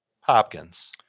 Hopkins